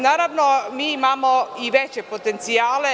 Naravno, mi imamo i veće potencijale.